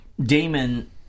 Damon